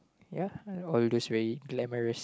ya all those very glamourous